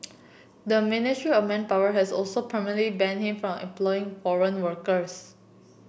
the Ministry of Manpower has also permanently banned him from employing foreign workers